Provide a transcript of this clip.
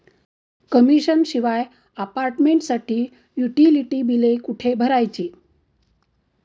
Commission शिवाय अपार्टमेंटसाठी utility बिले कुठे भरायची?